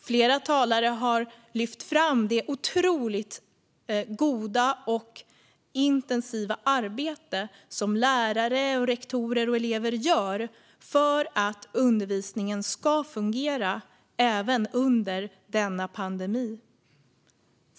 Flera talare har lyft fram det otroligt goda och intensiva arbete som lärare, rektorer och elever gör för att undervisningen ska fungera även under pandemin.